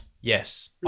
Yes